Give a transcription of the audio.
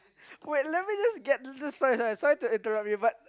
wait let me just get this sorry sorry sorry to interrupt you